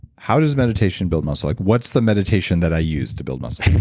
how does meditation build muscle? what's the meditation that i use to build muscle?